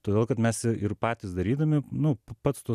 todėl kad mes ir patys darydami nu pats tu